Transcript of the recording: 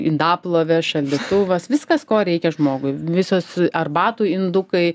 indaplovė šaldytuvas viskas ko reikia žmogui visos arbatų indukai